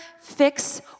fix